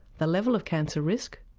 the level of cancer risk,